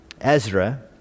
Ezra